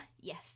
Yes